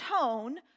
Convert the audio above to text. tone